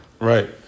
Right